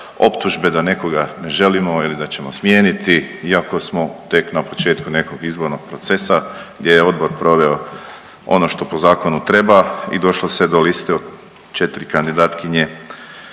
optužbe da nekoga ne želimo ili da ćemo smijeniti iako smo tek na početku nekog izbornog procesa gdje je odbor proveo ono što po zakonu treba i došlo se do liste od 4 kandidatkinje